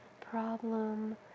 problem